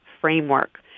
framework